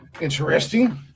Interesting